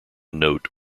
note